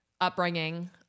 upbringing